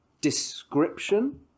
description